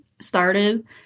started